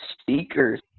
speakers